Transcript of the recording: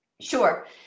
sure